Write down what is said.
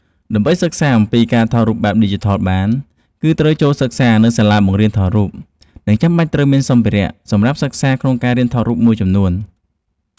ដើម្បីសិក្សាអំពីការថតរូបបែបឌីជីថលបាន គឺត្រូវចូលសិក្សានៅសាលាបង្រៀនថតរូប និងចាំបាច់ត្រូវមានសម្ភារ:សម្រាប់សិក្សាក្នុងការរៀនថតរូបមួយចំនួន។